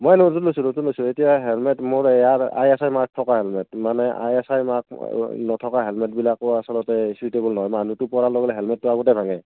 মই লৈছোঁ লৈছোঁ লৈছোঁ লৈছোঁ এতিয়া হেলমেট মোৰ ইয়াৰ আইএচআই মাৰ্ক থকা হেলমেট মানে আইএচআই মাৰ্ক নথকা হেলমেটবিলাকো আচলতে চুইটেবোল নহয় মানুহটো পৰাৰ লগে লগে হেলমেটটো আগতে ভাঙে